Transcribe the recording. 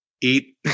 eat